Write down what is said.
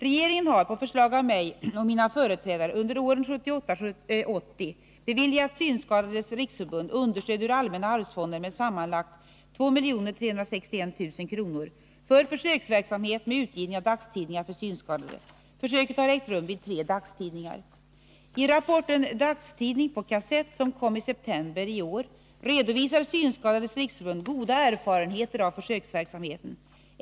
Regeringen har, på förslag av mig och mina företrädare, under åren 1978-1980 beviljat Synskadades riksförbund understöd ur allmänna arvsfonden med sammanlagt 2 361 000 kr. för försöksverksamhet med utgivning av dagstidningar för synskadade. Försöket har ägt rum vid tre dagstidningar. I rapporten Dagstidning på kassett, som kom i september i år, redovisar Synskadades riksförbund goda erfarenheter av försöksverksamheten.